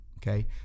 Okay